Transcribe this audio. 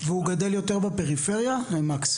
והוא גדל יותר בפריפריה מקס?